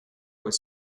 was